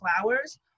flowers